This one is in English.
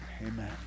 Amen